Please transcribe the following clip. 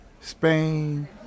Spain